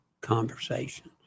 conversations